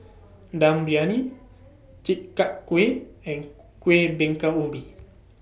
Dum Briyani Chi Kak Kuih and Kuih Bingka Ubi